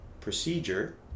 procedure